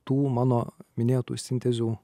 tų mano minėtų sintezių